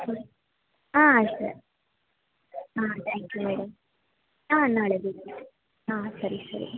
ಆಂ ಅಷ್ಟೇ ಹಾಂ thank you madam ಆಂ ನಾಳೆ ಬೇಕು ಹಾಂ ಸರಿ ಸರಿ